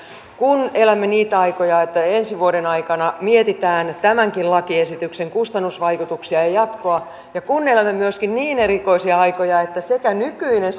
kun elämme niitä aikoja että ensi vuoden aikana mietitään tämänkin lakiesityksen kustannusvaikutuksia ja jatkoa ja kun elämme myöskin niin erikoisia aikoja että sekä nykyinen